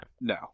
No